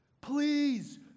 Please